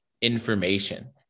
information